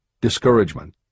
discouragement